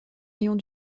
rayons